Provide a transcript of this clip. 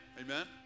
Amen